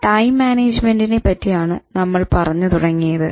time management നെ പറ്റിയാണ് നമ്മൾ പറഞ്ഞു തുടങ്ങിയത്